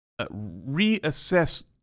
reassess